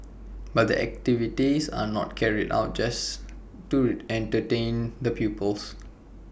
but the activities are not carried out just to entertain the pupils